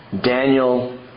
Daniel